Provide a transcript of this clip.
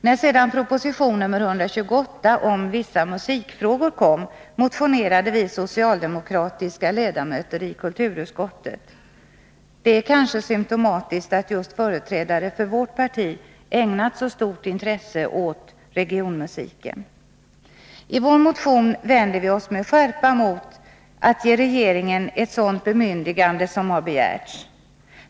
När sedan proposition nr 128 om vissa musikfrågor kom, motionerade vi socialdemokratiska ledamöter i kulturutskottet — det är kanske symptomatiskt att just företrädare för vårt parti ägnat så stort intresse åt regionmusiken. I vår motion vänder vi oss med skärpa mot att ge regeringen ett sådant bemyndigande som begärts.